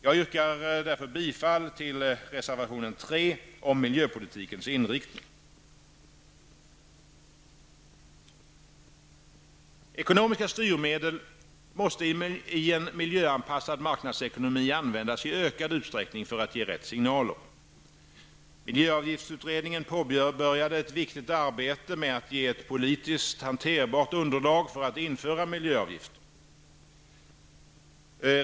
Jag yrkar bifall till reservation nr 3 om miljöpolitikens inriktning. Ekonomiska styrmedel måste i en miljöanpassad marknadsekonomi användas i ökad utsträckning för att ge de rätta signalerna. Miljöavgiftsutredningen påbörjade ett viktigt arbete med att ge ett politiskt hanterbart underlag för att införa miljöavgifter.